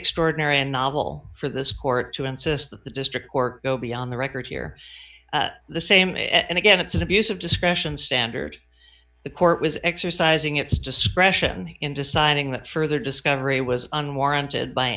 extraordinary and novel for this court to insist that the district court go beyond the record here the same and again it's an abuse of discretion standard the court was exercising its discretion in deciding that further discovery was unwarranted by